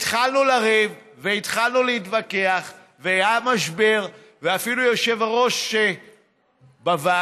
התחלנו לריב והתחלנו להתווכח והיה משבר ואפילו היושב-ראש בוועדה,